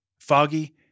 Foggy